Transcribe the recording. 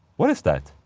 what is that?